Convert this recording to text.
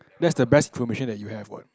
that's the best information that you have what